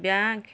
bank